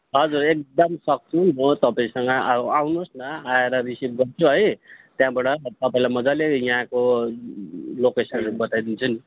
हजुर एकदम सक्छु म तपाईँसँग आउ आउनुहोस् न आएर रिसिभ गर्छु है त्यहाँबाट तपाईँलाई मजाले यहाँको लोकेसनहरू बताइदिन्छु नि